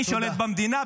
אני שולט במדינה,